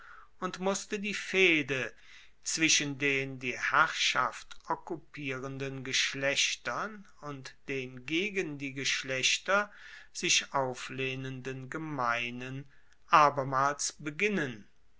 und musste die fehde zwischen den die herrschaft okkupierenden geschlechtern und den gegen die geschlechter sich auflehnenden gemeinen abermals beginnen